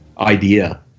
idea